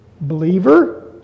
Believer